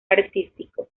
artístico